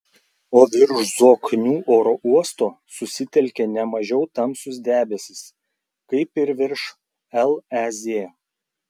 o virš zoknių oro uosto susitelkė ne mažiau tamsūs debesys kaip ir virš lez